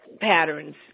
patterns